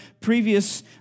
previous